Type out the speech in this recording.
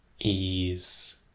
ease